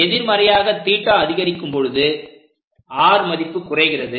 எதிர்மறையாக θ அதிகரிக்கும் போது r மதிப்பு குறைகிறது